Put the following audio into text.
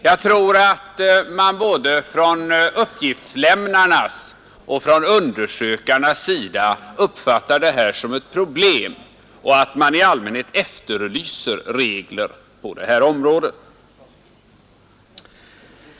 Jag tror att man både från uppgiftslämnarnas och från undersökarnas sida uppfattar detta som ett problem och att man i allmänhet efterlyser regler på detta område.